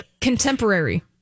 contemporary